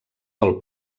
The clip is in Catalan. del